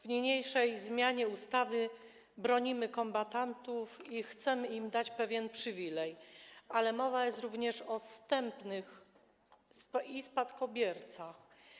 W niniejszej zmianie ustawy bronimy kombatantów i chcemy im dać pewien przywilej, ale mowa jest również o zstępnych i spadkobiercach.